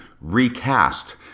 recast